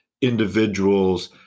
individuals